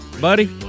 buddy